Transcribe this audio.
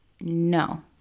no